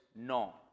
no